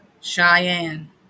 Cheyenne